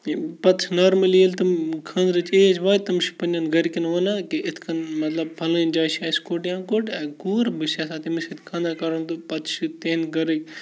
یہِ پَتہٕ چھِ نارمٔلی ییٚلہِ تم خاندرٕچ ایج واتہِ تم چھِ پَننٮ۪ن گَرِکٮ۪ن وَنان کہِ اِتھ کٔنۍ مطلب فَلٲنۍ جایہِ چھِ اَسہِ کوٚٹ یا کوٚٹ کوٗر بہٕ چھَس یَژھان تٔمِس سۭتۍ خاندا کَرُن تہٕ پَتہٕ چھِ تِہِنٛدِ گَرٕکۍ